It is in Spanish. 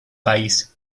país